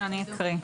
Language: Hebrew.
אני אקריא.